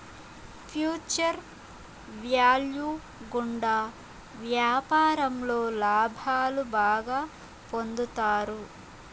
future value గుండా వ్యాపారంలో లాభాలు బాగా పొందుతారు